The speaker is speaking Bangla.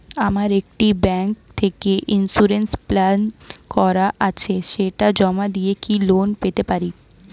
আমার একটি ব্যাংক থেকে ইন্সুরেন্স প্ল্যান কেনা আছে সেটা জমা দিয়ে কি লোন পেতে পারি?